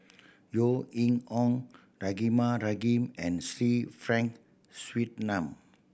Yeo Ning Hong Rahimah Rahim and Sir Frank Swettenham